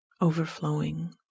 overflowing